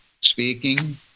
speaking